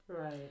Right